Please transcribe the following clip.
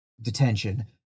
Detention